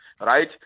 right